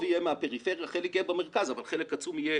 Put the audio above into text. יהיה מהפריפריה - חלק יהיה במרכז אבל חלק עצום יהיה